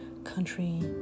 Country